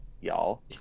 y'all